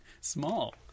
small